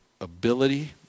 ability